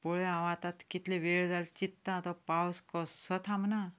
पळय हांव आतां कितलो वेळ जालो चित्तां आतां पावस कसोच थांबना